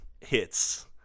hits